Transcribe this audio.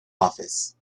office